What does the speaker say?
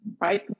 right